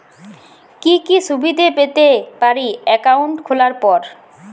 কি কি সুবিধে পেতে পারি একাউন্ট খোলার পর?